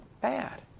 bad